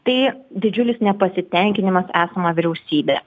tai didžiulis nepasitenkinimas esama vyriausybe